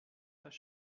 das